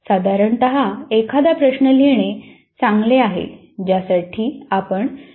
साधारणत एखादा प्रश्न लिहिणे चांगले आहे ज्यासाठी आपण विषयामध्ये उत्तर शोधत आहोत